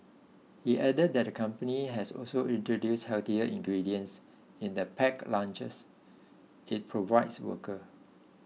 he added that the company has also introduced healthier ingredients in the packed lunches it provides workers